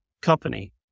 company